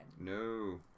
no